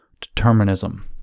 determinism